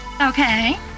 Okay